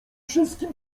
wszystkim